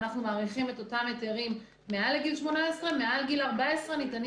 ואנחנו מאריכים את אותם היתרים מעל לגיל 18. מעל גיל 14 ניתנים